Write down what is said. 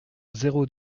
zéro